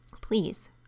please